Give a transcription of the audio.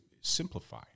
simplify